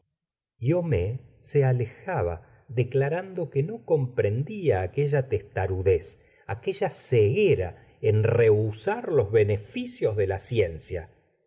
y homais se alejaba declarando que no comprendía aquella testarudez aquella ceguedad en rehusar los beneficios de la ciencia